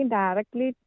directly